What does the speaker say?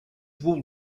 wool